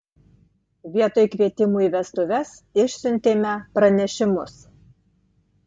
vietoj kvietimų į vestuves išsiuntėme pranešimus